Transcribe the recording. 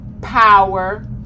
power